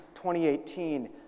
2018